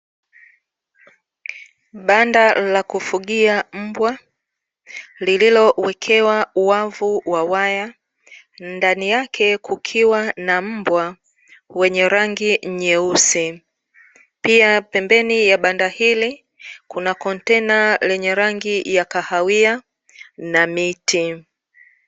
Banda la kufugia mbwa, lililowekewa wavu wa waya, ndani yake kukiwa mbwa wenye rangi nyeusi. Pia pembeni ya banda hili, kuna kontena lenye rangi ya kahawia na miti.